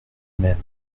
même